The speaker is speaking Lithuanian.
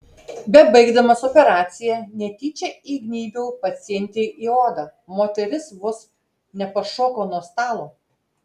bebaigdamas operaciją netyčia įgnybiau pacientei į odą moteris vos nepašoko nuo stalo